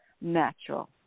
natural